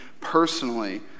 personally